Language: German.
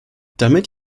damit